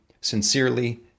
Sincerely